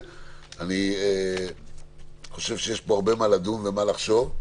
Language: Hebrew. אני חושב שיש פה הרבה מה לדון ומה לחשוב.